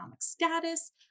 status